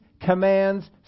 commands